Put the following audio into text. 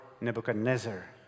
Nebuchadnezzar